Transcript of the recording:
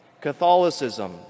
Catholicism